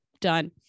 done